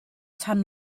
tan